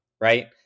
right